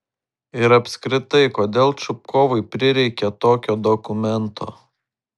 ir apskritai kodėl čupkovui prireikė tokio dokumento